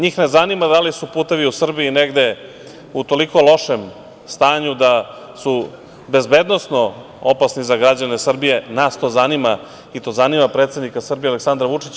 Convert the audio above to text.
Njih ne zanima da li su putevi u Srbiji negde u toliko lošem stanju da su bezbednosno opasni za građane Srbije, nas to zanima i to zanima predsednika Srbije Aleksandra Vučića.